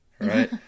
right